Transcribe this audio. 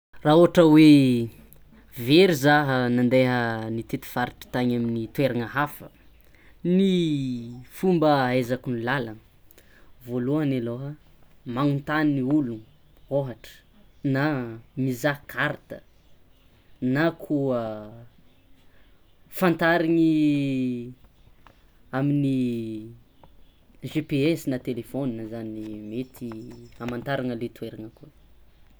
Raha ohatra hoe very zah nandeha nitety faritry tany amy toerana hafa ny fomba ahezako lalagna voalohany alôha magnontany ny ologno ohatra na mizaha karta na koa fantariny amin'ny GPS na telefôna zany ny mety hamantarana le toerana koa.